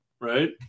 right